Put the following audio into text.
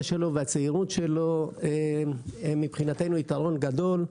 שלו והצעירות שלו הם מבחינתנו יתרון גדול.